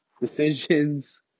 decisions